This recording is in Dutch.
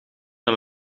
dan